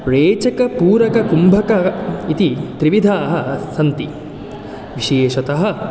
रेचकपूरककुम्भक इति त्रिविधाः सन्ति विशेषतः